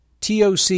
TOC